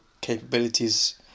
capabilities